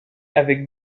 avec